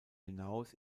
hinaus